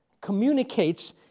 communicates